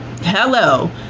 Hello